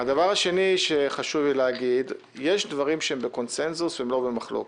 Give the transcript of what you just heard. הדבר השני שחשוב לי להגיד הוא שיש דברים שהם בקונצנזוס ולא במחלוקת.